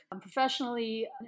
professionally